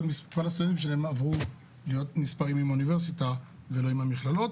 הסטודנטים שלהם עברו להיות נספרים עם האוניברסיטה ולא עם המכללות.